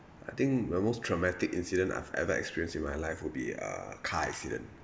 I think my most traumatic incident I've ever experienced in my life would be a car accident